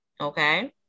Okay